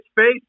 face